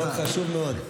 חוק חשוב מאוד.